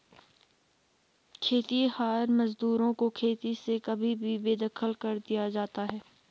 खेतिहर मजदूरों को खेती से कभी भी बेदखल कर दिया जाता है